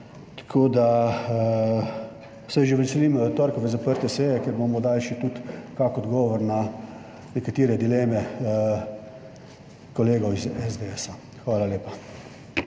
Tako da se že veselim torkove zaprte seje, kjer bomo dali še tudi kakšen odgovor na nekatere dileme kolegov iz SDS. Hvala lepa.